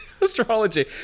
astrology